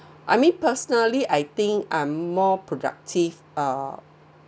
I mean personally I think I'm more productive uh